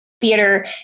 theater